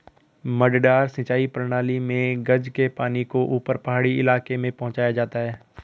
मडडा सिंचाई प्रणाली मे गज के पानी को ऊपर पहाड़ी इलाके में पहुंचाया जाता है